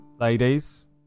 ladies